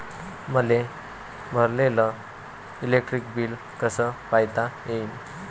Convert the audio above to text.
मले भरलेल electric bill कस पायता येईन?